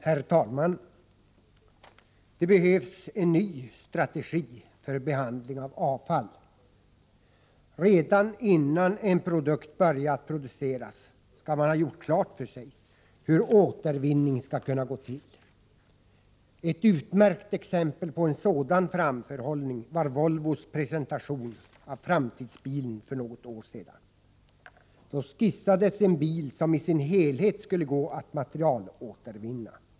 Herr talman! Det behövs en ny strategi för behandling av avfall. Redan innan en produkt börjar att produceras skall man ha gjort klart för sig hur återvinningen skall gå till. Ett utmärkt exempel på en sådan framförhållning var Volvos presentation av framtidsbilen för något år sedan. Då skisserades en bil som i sin helhet skulle gå att materialåtervinna.